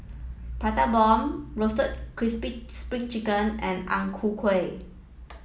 prata bomb roasted crispy spring chicken and Ang Ku Kueh